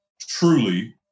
truly